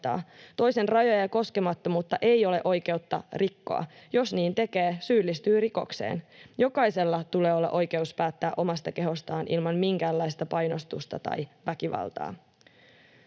Toisen rajoja ja koskemattomuutta ei ole oikeutta rikkoa. Jos niin tekee, syyllistyy rikokseen. Jokaisella tulee olla oikeus päättää omasta kehostaan ilman minkäänlaista painostusta tai väkivaltaa.